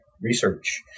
Research